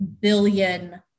billion